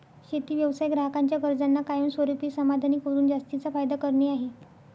शेती व्यवसाय ग्राहकांच्या गरजांना कायमस्वरूपी समाधानी करून जास्तीचा फायदा करणे आहे